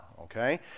okay